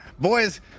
boys